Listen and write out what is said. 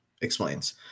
explains